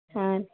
ಹಾಂ